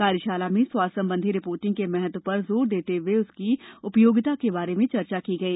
कार्यशाला में स्वास्थ्य संबंधी रिपोर्टींग के महत्व पर जोर देते हुए उसकी उपयोगिता के बारे में चर्चा की गई